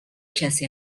کسی